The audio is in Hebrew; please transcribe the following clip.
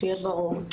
שיהיה ברור,